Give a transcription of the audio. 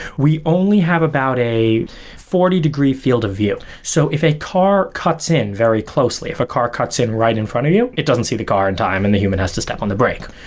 we only have about a forty degree field of view. so if a car cuts in very closely, if a car cuts in right in front of you, it doesn't see the car in time and the human has to step on the brake.